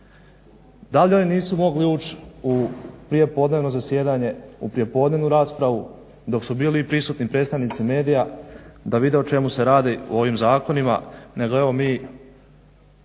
Da li oni nisu mogli ući u prijepodnevno zasjedanje, u prijepodnevnu raspravu dok su bili prisutni predstavnici medija da vide o čemu se radi u ovim zakonima nego evo mi